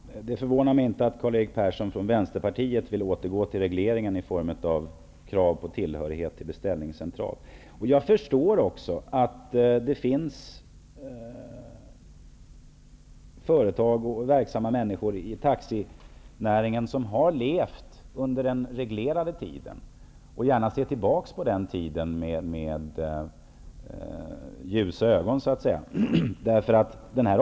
Herr talman! Det förvånar mig inte att Karl-Erik Persson från Vänsterpartiet vill återgå till en reglering i form av krav på tillhörighet till beställningscentral. Jag förstår också att det finns företag och verksamma människor i taxinäringen som levt under den reglerade tiden, och som gärna ser tillbaka på den som en ljus tid.